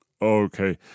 Okay